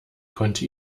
konnte